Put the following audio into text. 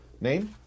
name